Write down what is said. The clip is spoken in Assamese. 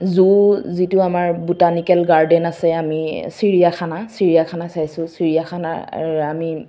জু যিটো আমাৰ বুটানিকেল গাৰ্ডেন আছে আমি চিৰিয়াখানা চিৰিয়াখানা চাইছোঁ চিৰিয়াখানা আমি